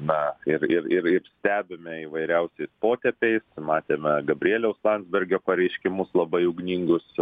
na ir ir ir ir stebime įvairiausiais potėpiais matėme gabrieliaus landsbergio pareiškimus labai ugningus